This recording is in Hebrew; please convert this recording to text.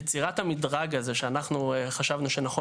אז מה שאנחנו אומרים שיצירת המדרג הזה שאנחנו חשבנו שנכון